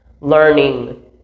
learning